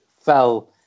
fell